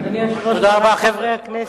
חברי הכנסת,